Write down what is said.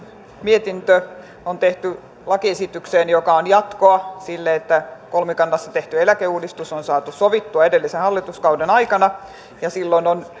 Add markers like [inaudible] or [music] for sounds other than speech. mietintö on nyt tehty lakiesitykseen joka on jatkoa sille että kolmikannassa tehty eläkeuudistus on saatu sovittua edellisen hallituskauden aikana ja silloin on [unintelligible]